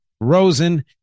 Rosen